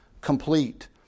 complete